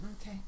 Okay